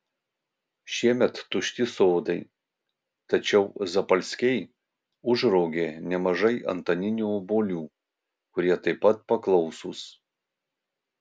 šiemet tušti sodai tačiau zapalskiai užraugė nemažai antaninių obuolių kurie taip pat paklausūs